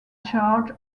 charge